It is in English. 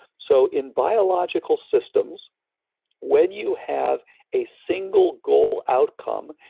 so in biological systems when you have a single goal outcome,